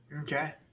Okay